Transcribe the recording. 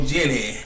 Jenny